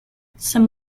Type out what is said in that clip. some